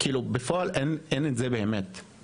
ובפועל היא לא באמת קיימת.